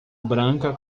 branca